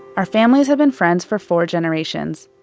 our families have been friends for four generations,